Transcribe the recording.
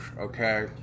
okay